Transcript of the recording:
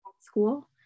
school